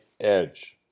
edge